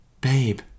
Babe